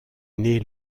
née